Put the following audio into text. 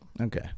Okay